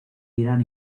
irán